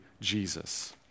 Jesus